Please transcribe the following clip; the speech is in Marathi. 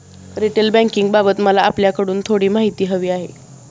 रिटेल बँकिंगबाबत मला आपल्याकडून थोडी माहिती हवी आहे